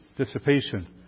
dissipation